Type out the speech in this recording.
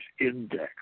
index